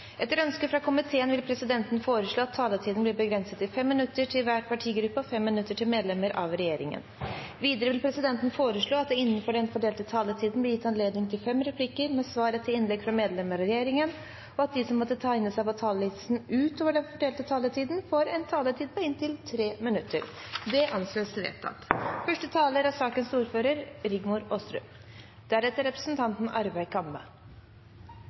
minutter til medlemmer av regjeringen. Videre vil presidenten foreslå at det – innenfor den fordelte taletid – blir gitt anledning til 5 replikker med svar etter innlegg fra medlemmer av regjeringen, og at de som måtte tegne seg på talerlisten utover den fordelte taletiden, får en taletid på inntil 3 minutter. – Det anses vedtatt. Prop. 124 L for 2015–2016 er